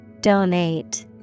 Donate